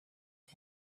him